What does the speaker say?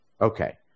Okay